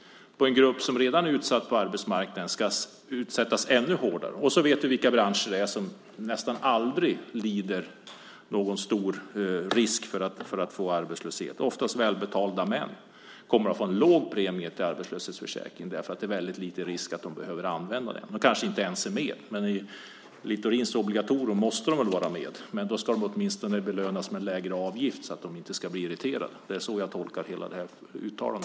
En grupp som redan är utsatt på arbetsmarknaden ska utsättas ännu hårdare. Och du vet vilka branscher det är som nästan aldrig löper någon stor risk att få arbetslöshet. Det är oftast välbetalda män som kommer att få en låg premie till arbetslöshetsförsäkringen därför att det är väldigt liten risk att de behöver använda den. De kanske inte ens är med. Men i Littorins obligatorium måste de väl vara med. Då ska de åtminstone belönas med lägre avgift så att de inte ska bli irriterade. Det är så jag tolkar hela det här uttalandet.